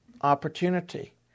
opportunity